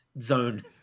zone